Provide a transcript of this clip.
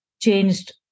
changed